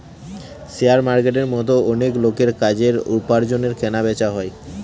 share মার্কেটের মতো অনেক লোকের কাজের, উপার্জনের কেনা বেচা হয়